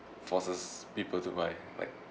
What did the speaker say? forces people to buy like